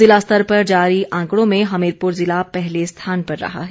ज़िला स्तर पर जारी आंकड़ों में हमीरपुर ज़िला पहले स्थान पर रहा है